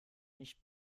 nicht